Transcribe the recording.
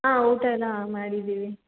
ಹಾಂ ಊಟ ಎಲ್ಲ ಮಾಡಿದ್ದೀವಿ